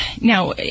Now